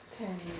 can